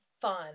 fun